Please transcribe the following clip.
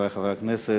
חברי חברי הכנסת,